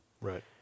Right